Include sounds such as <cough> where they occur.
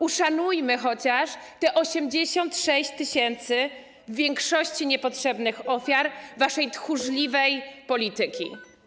Uszanujmy chociaż te 86 tys. w większości niepotrzebnych ofiar waszej <noise> tchórzliwej polityki.